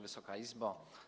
Wysoka Izbo!